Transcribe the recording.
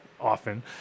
often